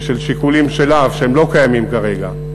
בשל שיקולים שלה, שהם לא קיימים כרגע,